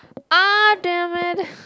!ah! damn it